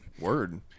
Word